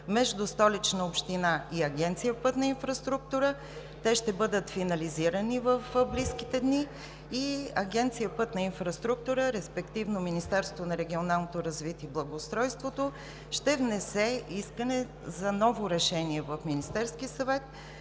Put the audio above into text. между Столична община и Агенция „Пътна инфраструктура“. Те ще бъдат финализирани в близките дни и Агенция „Пътна инфраструктура“, респективно Министерството на регионалното развитие и благоустройството ще внесе искане за ново решение в Министерския съвет,